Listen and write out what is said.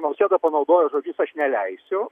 nausėda panaudojo žodžius aš neleisiu